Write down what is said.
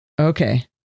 Okay